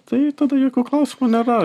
tai tada jokių klausimų nėra